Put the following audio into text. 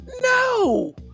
No